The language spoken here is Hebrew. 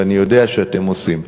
ואני יודע שאתם עושים.